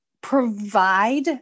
provide